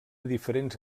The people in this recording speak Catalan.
diferents